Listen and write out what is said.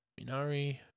Minari